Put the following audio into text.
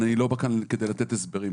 אני לא בא כאן כדי לתת הסברים.